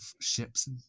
ships